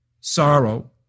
sorrow